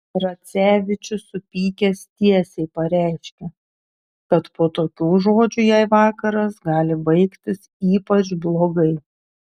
racevičius supykęs tiesiai pareiškė kad po tokių žodžių jai vakaras gali baigtis ypač blogai